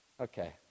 Okay